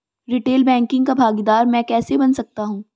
Retail banking का भागीदार मैं कैसे बन सकता हूँ?